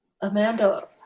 Amanda